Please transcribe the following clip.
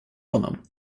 honom